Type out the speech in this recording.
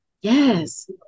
Yes